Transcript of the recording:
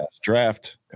draft